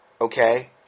Okay